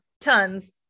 tons